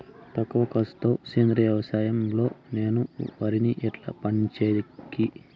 తక్కువ ఖర్చు తో సేంద్రియ వ్యవసాయం లో నేను వరిని ఎట్లా పండించేకి?